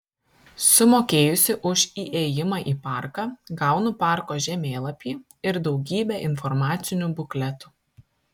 sumokėjusi už įėjimą į parką gaunu parko žemėlapį ir daugybę informacinių bukletų